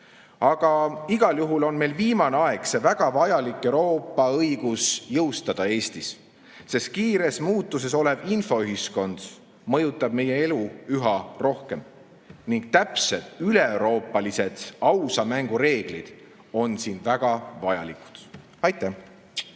Aga igal juhul on meil viimane aeg see väga vajalik Euroopa õigus jõustada Eestis, sest kiires muutuses olev infoühiskond mõjutab meie elu üha rohkem ning täpsed üleeuroopalised ausa mängu reeglid on siin väga vajalikud. Aitäh!